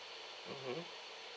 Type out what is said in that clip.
mmhmm